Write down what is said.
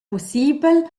pussibel